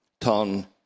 Ton